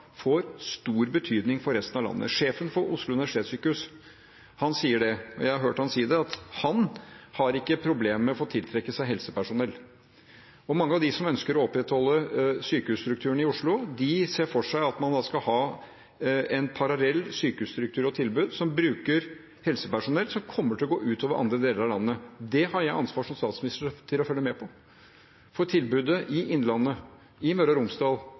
får stor betydning for resten av landet. Sjefen for Oslo universitetssykehus sier – jeg har hørt ham si det – at han har ikke problem med å tiltrekke seg helsepersonell. Og mange av de som ønsker å opprettholde sykehusstrukturen i Oslo, ser for seg at man skal ha en parallell sykehusstruktur og et tilbud som bruker helsepersonell, noe som kommer til å gå ut over andre deler av landet. Det har jeg som statsminister ansvar for å følge med på – tilbudet i Innlandet, i Møre og Romsdal,